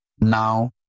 now